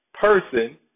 person